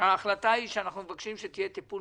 היא שאנחנו מבקשים שיהיה טיפול